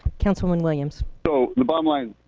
councilwoman williams. so the bottom line